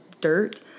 dirt